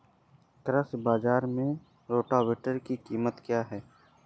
कृषि बाजार में रोटावेटर की कीमत क्या है?